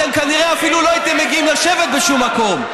אתם כנראה אפילו לא הייתם מגיעים לשבת בשום מקום.